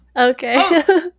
Okay